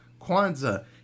Kwanzaa